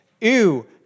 Ew